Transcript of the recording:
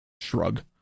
Shrug